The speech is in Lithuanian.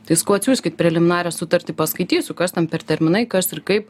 tai sakau atsiųskit preliminarią sutartį paskaitysiu kas tam per terminai kas ir kaip